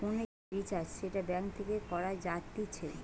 ফোনের যে রিচার্জ সেটা ব্যাঙ্ক থেকে করা যাতিছে